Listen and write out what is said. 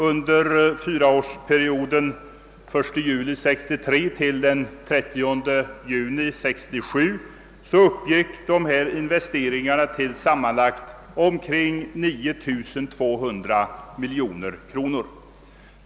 Under fyraårsperioden 1 juli 1963—30 juni 1967 uppgick sålunda dessa investeringar till sammanlagt omkring 9200 miljoner kronor.